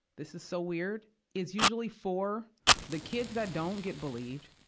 this is so weird it's usually for the kids that don't get believed,